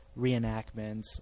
reenactments